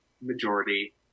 majority